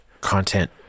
content